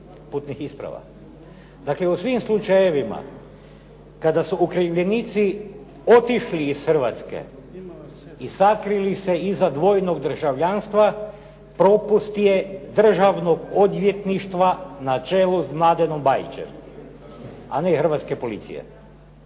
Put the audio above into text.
putnih isprava. Dakle, u svim slučajevima kada su okrivljenici otišli iz Hrvatske i sakrili se iza dvojnog državljanstva, propust je Državnog odvjetništva na čelu s Mladenom Bajićem, a ne hrvatske policije.